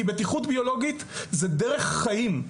בטיחות ביולוגית זו דרך חיים,